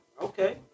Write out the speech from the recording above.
Okay